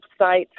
website